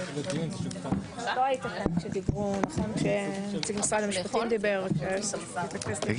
ננעלה בשעה 16:00.